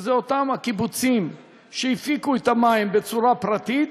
שזה אותם הקיבוצים שהפיקו את המים בצורה פרטית,